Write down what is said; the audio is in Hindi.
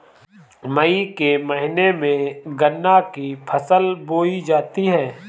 मई के महीने में गन्ना की फसल बोई जाती है